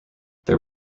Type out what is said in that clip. there